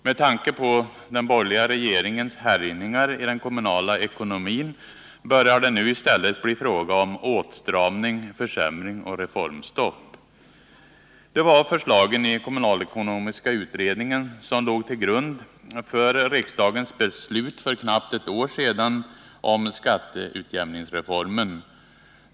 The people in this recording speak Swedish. Med tanke på den borgerliga regeringens härjningar i den kommunala ekonomin börjar det nu i stället bli fråga om åtstramning, försämring och reformstopp. Det var förslagen i kommunalekonomiska utredningen som låg till grund för riksdagens beslut för knappt ett år sedan om skatteutjämningsreformen.